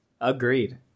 Agreed